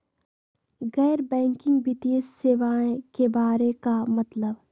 गैर बैंकिंग वित्तीय सेवाए के बारे का मतलब?